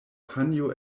panjo